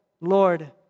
Lord